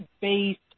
based